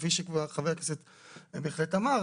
כפי שחבר הכנסת אמר,